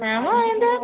ନାହିଁ ମ ଏମିତି